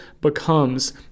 becomes